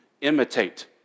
imitate